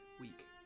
week